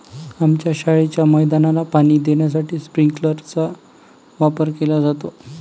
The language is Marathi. आमच्या शाळेच्या मैदानाला पाणी देण्यासाठी स्प्रिंकलर चा वापर केला जातो